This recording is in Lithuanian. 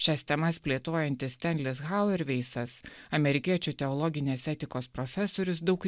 šias temas plėtojantis stenlis hauerveisas amerikiečių teologinės etikos profesorius daug